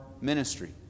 ministry